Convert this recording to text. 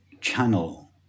channel